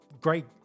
great